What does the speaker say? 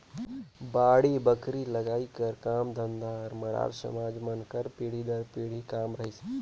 बाड़ी बखरी लगई कर काम धंधा हर मरार समाज मन कर पीढ़ी दर पीढ़ी काम रहिस